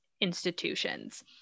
institutions